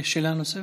שאלה נוספת?